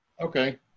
Okay